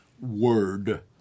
word